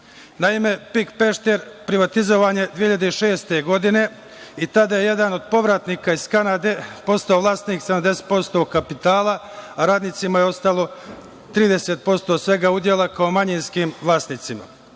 Naime, PIK „Pešter“ privatizovan je 2006. godine i tada je jedan od povratnika iz Kanade postao vlasnik 70% kapitala, a radnicima je ostalo 30% svega udela kao manjinskim vlasnicima.